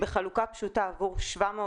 בחלוקה פשוטה עבור 700 אולמות.